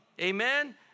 Amen